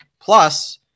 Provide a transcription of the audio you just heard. plus